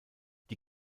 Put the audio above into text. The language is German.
die